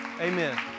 Amen